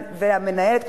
ולמנהלת,